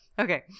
Okay